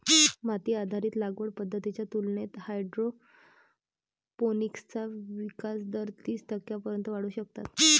माती आधारित लागवड पद्धतींच्या तुलनेत हायड्रोपोनिक्सचा विकास दर तीस टक्क्यांपर्यंत वाढवू शकतात